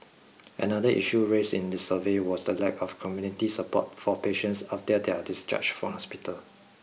another issue raised in the survey was the lack of community support for patients after their discharge from hospital